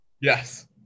Yes